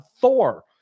Thor